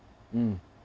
mm